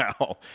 now